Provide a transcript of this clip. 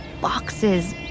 boxes